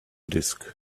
disk